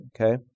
okay